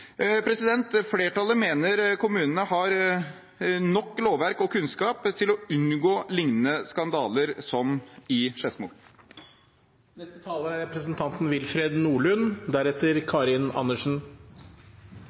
Flertallet mener kommunene har nok lovverk og kunnskap til å unngå lignende skandaler som den i